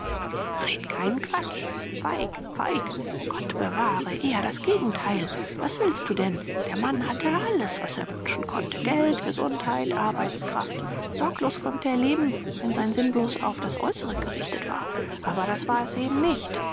rede keinen quatsch feig feig gottbewahre eher das gegenteil was willst du denn der mann hatte alles was er wünschen konnte geld gesundheit arbeitskraft sorglos konnte er leben wenn sein sinn bloß auf das äußere gerichtet war aber das war es eben nicht